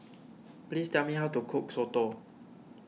please tell me how to cook Soto